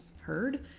heard